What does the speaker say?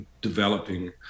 developing